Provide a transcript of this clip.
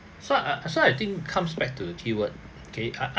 so I so I think comes back to the keyword K ah